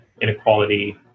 inequality